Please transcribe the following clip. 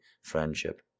friendship